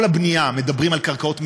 כל הבנייה, מדברים על קרקעות מדינה,